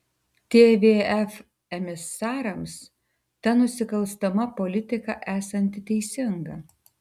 tvf emisarams ta nusikalstama politika esanti teisinga